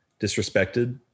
disrespected